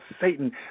Satan